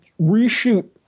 reshoot